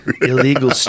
illegal